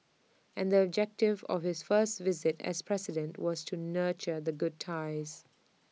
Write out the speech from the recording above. and the objective of his first visit as president was to nurture the good ties